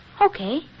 Okay